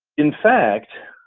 in fact,